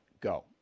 Go